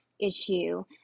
issue